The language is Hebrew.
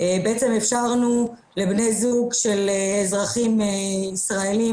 בעצם אפשרנו לבני זוג של אזרחים ישראליים,